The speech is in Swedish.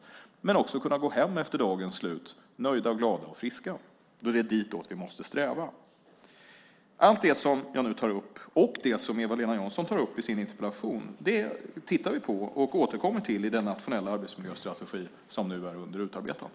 De kan också gå hem vid dagens slut, nöjda och glada och friska. Det är ditåt vi måste sträva. Allt det som jag nu tar upp och det som Eva-Lena Jansson tar upp i sin interpellation tittar vi på och återkommer till i den nationella arbetsmiljöstrategi som nu är under utarbetande.